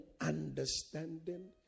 understanding